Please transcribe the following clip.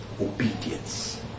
obedience